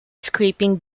scraping